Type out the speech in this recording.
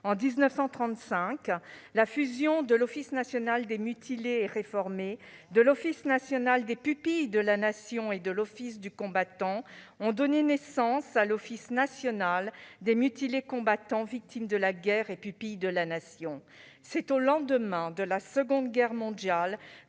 En 1935, la fusion de l'Office national des mutilés et réformés, de l'Office national des pupilles de la Nation et de l'Office du combattant a donné naissance à l'Office national des mutilés, combattants, victimes de la guerre et pupilles de la Nation. C'est au lendemain de la Seconde Guerre mondiale